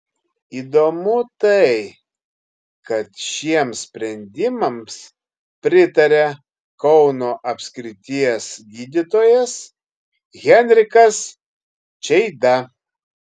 įdomu tai kad šiems sprendimams pritaria kauno apskrities gydytojas henrikas čeida